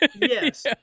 Yes